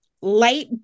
light